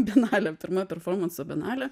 bienalė pirma performanso bienalė